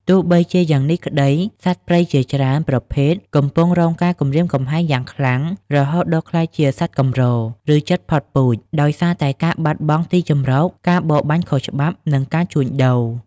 ទោះបីជាយ៉ាងនេះក្តី សត្វព្រៃជាច្រើនប្រភេទកំពុងរងការគំរាមកំហែងយ៉ាងខ្លាំង រហូតដល់ក្លាយជា សត្វកម្រ ឬ សត្វជិតផុតពូជ ដោយសារតែការបាត់បង់ទីជម្រក ការបរបាញ់ខុសច្បាប់ និងការជួញដូរ។